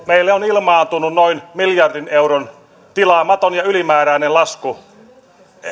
meille on ilmaantunut noin miljardin euron tilaamaton ja ylimääräinen lasku